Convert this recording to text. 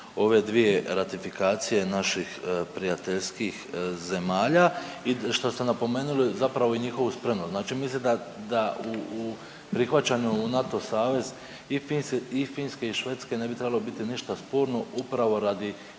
ove dvije ratifikacije naših prijateljskih zemalja i što ste napomenuli zapravo i njihovu spremnost. Znači mislim da u prihvaćanju u NATO savez i Finske i Švedske ne bi trebalo biti ništa sporno upravo radi